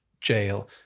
jail